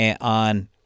on